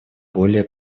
более